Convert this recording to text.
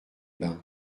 bains